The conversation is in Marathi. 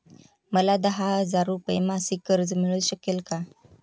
मला दहा हजार रुपये मासिक कर्ज मिळू शकेल का?